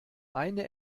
eine